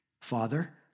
Father